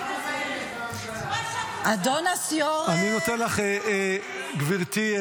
רוצה --- אני נותן לך, גברתי.